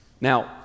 Now